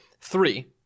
three